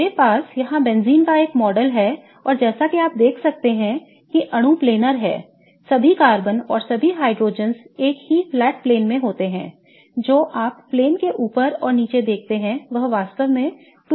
मेरे पास यहां बेंजीन का एक मॉडल है और जैसा कि आप देख सकते हैं कि अणु प्लेनर है सभी कार्बन और सभी हाइड्रोजन्स एक ही समतल प्लेन में होते हैंजो आप प्लेन के ऊपर और नीचे देखते हैं वह वास्तव में 2p ऑर्बिटल्स है